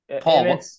Paul